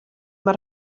mae